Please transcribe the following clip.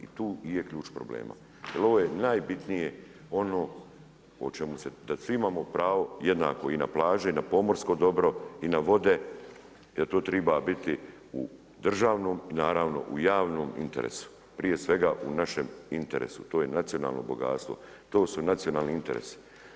I tu je ključ problema, jer ovo je najbitnije ono o čemu se, da svi imamo pravo i jednako i na plaži i na pomorsko dobro, i na vode i da tu triba biti u državnoj, naravno u javnom interesu, prije svega u našem interesu, to je nacionalno bogatstvo, to su nacionalni interesi.